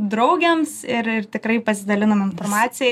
draugėms ir ir tikrai pasidalinam informacija